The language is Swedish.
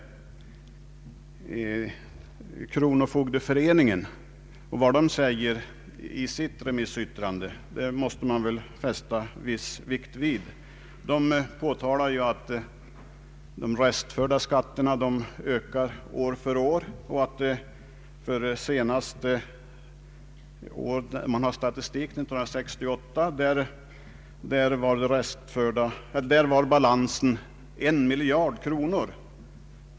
Exempelvis kronofogdeföreningen påtalar i sitt remissyttrande att de för indrivning restförda skatterna ökar år från år och att balansen för det senaste året som man har statistik för, nämligen 1968, var en miljard kronor.